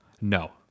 no